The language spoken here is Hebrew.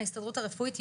מההסתדרות הרפואית,